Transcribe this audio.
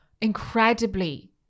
incredibly